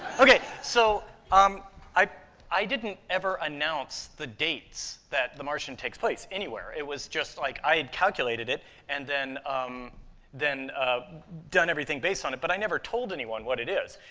okay, so um i i didn't ever announce the dates that the martian takes place anywhere. it was just, like, i had calculated it and then um then done everything based on it, but i never told anyone what it is.